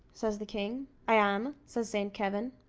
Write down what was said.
says the king. i am, says saint kavin.